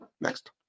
Next